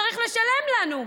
צריך לשלם לנו.